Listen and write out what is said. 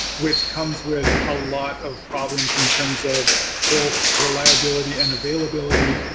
which comes with a lot of problems in terms of both reliability and availability,